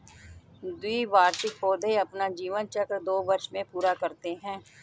द्विवार्षिक पौधे अपना जीवन चक्र दो वर्ष में पूरा करते है